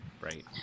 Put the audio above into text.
Right